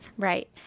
Right